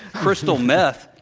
crystal meth,